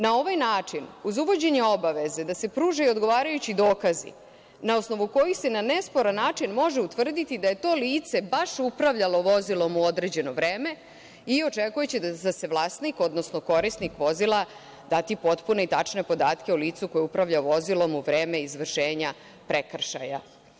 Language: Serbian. Na ovaj način, uz uvođenje obaveze da se pruže odgovarajući dokazi na osnovu kojih se na nesporan način može utvrditi da je to lice baš upravljalo vozilom u određeno vreme i očekujući da će vlasnik, odnosno korisnik vozila dati potpune i tačne podatke o licu koje upravlja vozilom u vreme izvršenja prekršaja.